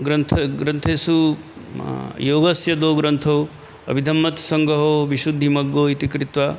ग्रन्थ ग्रन्थेषु म् योगस्य द्वौ ग्रन्थौ अभिदम्मत्सङ्गओ विशुद्धिमग्गौ इति कृत्वा